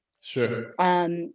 Sure